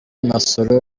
masoro